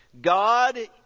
God